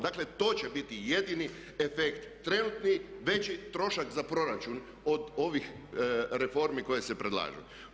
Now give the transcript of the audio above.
Dakle, to će biti jedini efekt, trenutni veći trošak za proračun, od ovih reformi koje se predlažu.